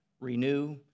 renew